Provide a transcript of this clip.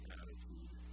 attitude